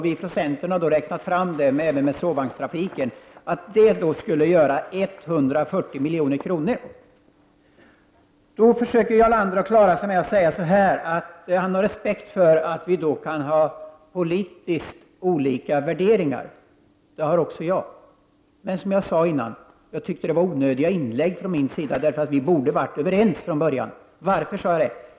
Vi från centern har räknat ut att det även med sovvagnstrafiken skulle innebära 140 milj.kr. Jarl Lander försöker klara sig genom att säga att han har respekt för att vi politiskt kan ha olika värderingar. Även jag har respekt för det. Men som 15 jag sade tidigare tyckte jag att det var ett onödigt inlägg från min sida, eftersom vi borde ha varit överens från början. Varför sade jag det?